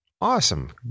Awesome